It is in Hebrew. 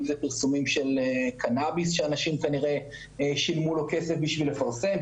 אם זה פרסומים של קנביס שאנשים כנראה שילמו לו כסף בשביל לפרסם,